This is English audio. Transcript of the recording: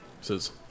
Says